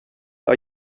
are